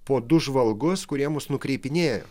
po du žvalgus kurie mus nukreipinėjo